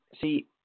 see